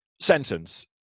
sentence